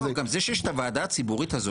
גם זה שיש את הוועדה הציבורית הזאת